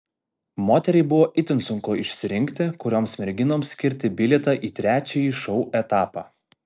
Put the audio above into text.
moteriai buvo itin sunku išsirinkti kurioms merginoms skirti bilietą į trečiąjį šou etapą